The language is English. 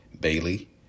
Bailey